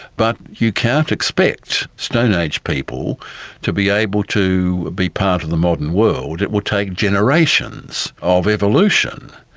but you cannot expect stone age people to be able to be part of the modern world. it will take generations of evolution.